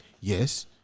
Yes